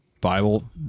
Bible